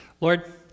Lord